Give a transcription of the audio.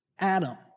Adam